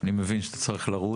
אני מבין שאתה צריך לרוץ.